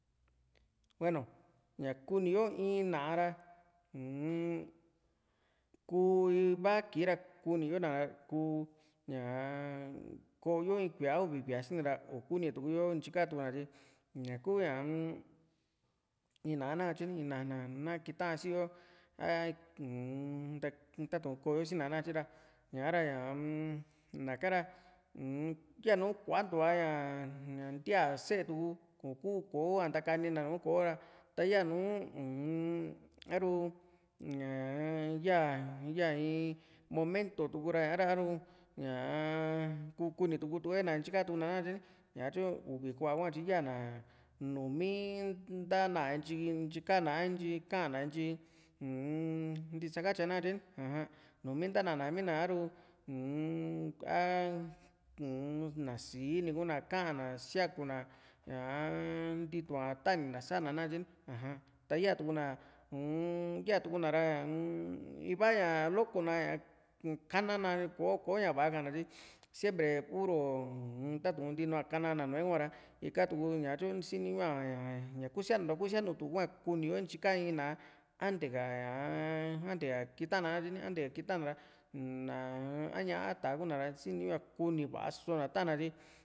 hueno ya kúni yo in ná´a ra uu-n ku iva kii ra kuniyo na ra kuu ñaa ko´yo in kuía a uvi kuía sina i´kunituku yo ntyi ka tukuna tyi ña kuu ñaa-m in ná´a nakatye ni in ná´a na ná kitasi yo a u´un tatu´n koo yo sina nakatye ra ña´ra na´ka ra uu-n yanu kuantua ñaa ntía se´e tuku iiku kò´a ntakanina nu kò´o ra ta yanu uu-m ta´ru ñaa ya ya in momento tuku ra sa´ra a´ru ñaa ku kunituku yo na ntyi katkuna ná katye ni ñatyu uvi kuá hua tyi ya´na numi nta´na ntyi ka´na a ntyi ka´na ntyi uu-m ntisakatyia na katye ni aja numi nta´nana mii na a´ru uu-m a u-n a ná síini kuna a ka´na síakú na ñaa ntitu´a tani´na sa´na nakatye ni aja ta yaa tuku na u-n yatukuna ra u-m iva ña loko na uu´kanana kò´o ña va´a ka´na tyi siempre puro u´tatu´n a kanana nù´e hua ra ikatuku tyo siniñu´a ña kusianuntua kusianutu hua ku´ni yo intyi ka in ná´a ante ka ñaa ante ka kitana nakatye ni ante ka kitana ra náa a ñá´a a tá´a kuna ra siniñu´a kuni va´a só na ta´na tyi